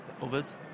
Others